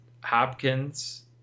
Hopkins